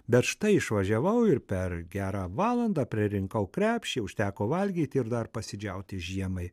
bet štai išvažiavau ir per gerą valandą pririnkau krepšį užteko valgyti ir dar pasidžiauti žiemai